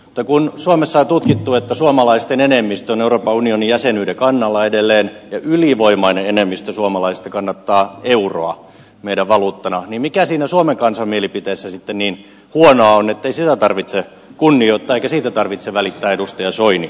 mutta kun suomessa on tutkittu että suomalaisten enemmistö on euroopan unionin jäsenyyden kannalla edelleen ja ylivoimainen enemmistö suomalaisista kannattaa euroa meidän valuuttana niin mikä siinä suomen kansan mielipiteessä sitten niin huonoa on ettei sitä tarvitse kunnioittaa eikä siitä tarvitse välittää edustaja soini